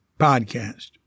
podcast